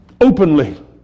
openly